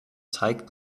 zeigt